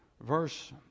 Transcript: verse